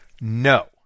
no